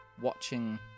watching